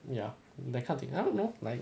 ya that kind of thing I don't know like